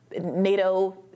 NATO